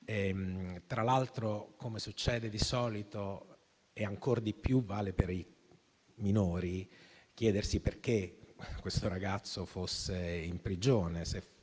Tra l'altro, come succede di solito, e ancora di più vale per i minori, occorre chiedersi perché questo ragazzo fosse in prigione